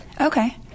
Okay